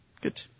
Good